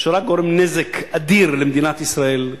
שרק גורם נזק אדיר למדינת ישראל,